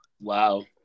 Wow